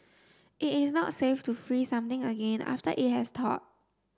it is not safe to freeze something again after it has thawed